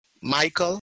michael